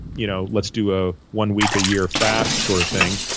you know let's do a one-week-a-year fast, sort of thing,